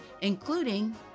including